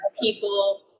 people